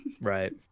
right